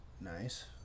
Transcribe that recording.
Nice